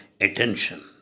attention